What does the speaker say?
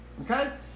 okay